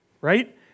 right